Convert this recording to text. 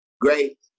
great